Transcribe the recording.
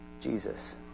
Jesus